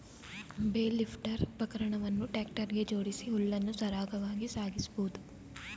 bale lifter ಉಪಕರಣವನ್ನು tractor ಗೆ ಜೋಡಿಸಿ ಹುಲ್ಲನ್ನು ಸರಾಗವಾಗಿ ಸಾಗಿಸಬೋದು